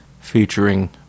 featuring